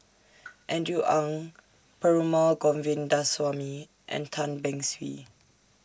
Andrew Ang Perumal Govindaswamy and Tan Beng Swee